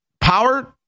power